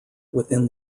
within